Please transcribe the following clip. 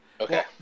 Okay